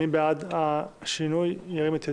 מי בעד השינוי, ירים את ידו.